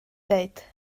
ddweud